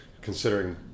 Considering